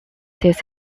this